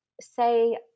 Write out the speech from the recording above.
say